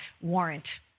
warrant